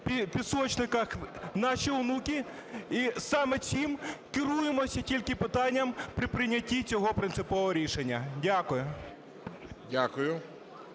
пісочниках наші онуки, і саме цим керуємося тільки питанням при прийнятті цього принципового рішення. Дякую.